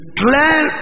clear